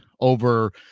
over